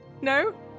No